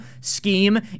scheme